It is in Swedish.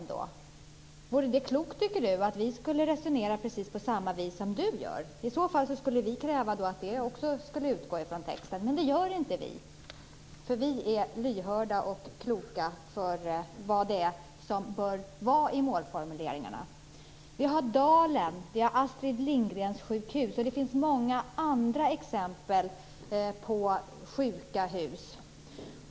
Tror Åke Gustavsson att det vore klokt om vi resonerade på samma sätt som han gör? I så fall skulle vi kräva att också de utgår från texten, men det gör inte vi. Vi är kloka och lyhörda för vad som bör stå i målformuleringarna. Vi har Dalen och Astrid Lindgrensjukhuset som exempel. Det finns många andra exempel på sjuka hus.